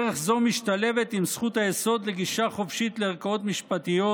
דרך זו משתלבת עם זכות היסוד לגישה חופשית לערכאות משפטיות,